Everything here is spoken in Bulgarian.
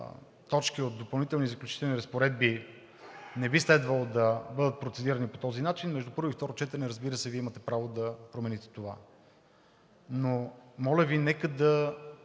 точки от допълнителните и заключителните разпоредби не би следвало да бъдат процедирани по този начин, между първо и второ четене, разбира се, Вие имате право да промените това. Но моля Ви, нека да